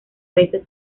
veces